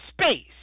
space